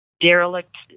derelict